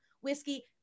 whiskey